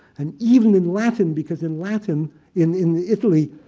and even in latin, because in latin in in italy,